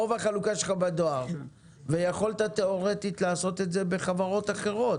רוב החלוקה שלך בדואר ויכולת תיאורטית לעשות את זה בחברות אחרות.